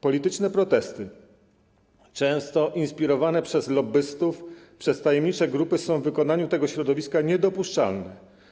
Polityczne protesty, często inspirowane przez lobbystów, przez tajemnicze grupy, są w wykonaniu tego środowiska niedopuszczalne.